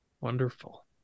Wonderful